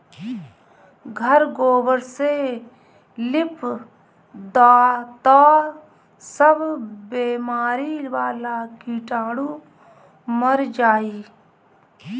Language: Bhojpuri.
घर गोबर से लिप दअ तअ सब बेमारी वाला कीटाणु मर जाइ